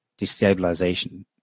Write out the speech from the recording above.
destabilization